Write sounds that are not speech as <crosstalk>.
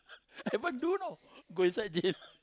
<laughs> haven't do know go inside jail